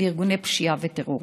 לארגוני פשיעה וטרור.